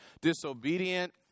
disobedient